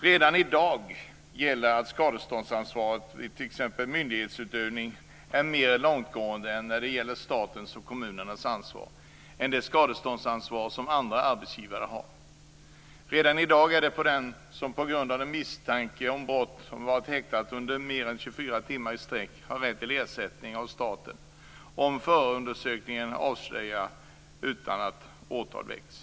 Redan i dag gäller att skadeståndsansvaret vid t.ex. myndighetsutövning är mer långtgående när det gäller statens och kommunernas ansvar än det skadeståndsansvar som andra arbetsgivare har. Redan i dag är det så att den som på grund av misstanke om brott varit häktad under mer än 24 timmar i sträck har rätt till ersättning av staten om förundersökningen avslutas utan att åtal väcks.